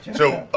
so,